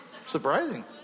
Surprising